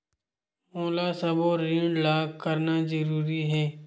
मोला सबो ऋण ला करना जरूरी हे?